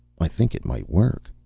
i think it might work.